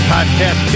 podcast